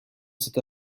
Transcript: cette